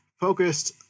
focused